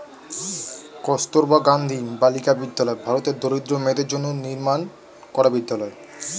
কস্তুরবা গান্ধী বালিকা বিদ্যালয় ভারতের দরিদ্র মেয়েদের জন্য নির্মাণ করা বিদ্যালয়